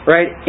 Right